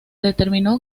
determinó